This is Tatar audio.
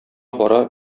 бара